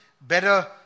better